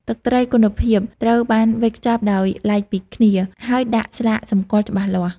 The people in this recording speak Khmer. ទឹកត្រីគុណភាព ត្រូវបានវេចខ្ចប់ដោយឡែកពីគ្នា ហើយដាក់ស្លាកសម្គាល់ច្បាស់លាស់។